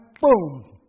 boom